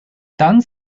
done